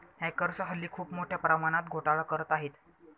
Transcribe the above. hackers हल्ली खूप मोठ्या प्रमाणात घोटाळा करत आहेत